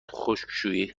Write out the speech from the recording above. خشکشویی